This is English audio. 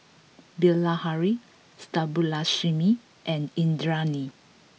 Bilahari Subbulakshmi and Indranee